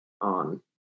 on